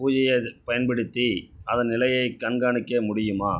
பூஜ்யத்தை பயன்படுத்தி அதன் நிலையைக் கண்காணிக்க முடியுமா